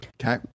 okay